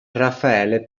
raffaele